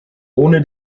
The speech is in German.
ohne